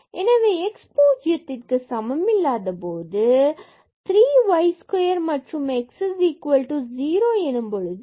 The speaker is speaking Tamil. எனவே x 0 சமமில்லாத போது 3 y square மற்றும் x 0 எனும் போது 0